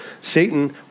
Satan